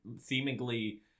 seemingly